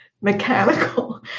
mechanical